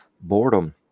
boredom